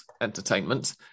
entertainment